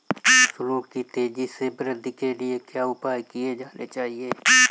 फसलों की तेज़ी से वृद्धि के लिए क्या उपाय किए जाने चाहिए?